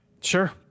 Sure